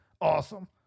Awesome